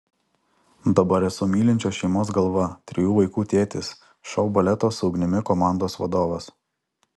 dabar esu mylinčios šeimos galva trijų vaikų tėtis šou baleto su ugnimi komandos vadovas